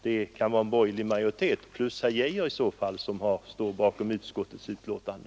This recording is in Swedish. Det kan vara en borgerlig majoritet plus herr Geijer som står bakom utskottets betänkande.